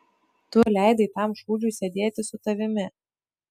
tu leidai tam šūdžiui sėdėti su tavimi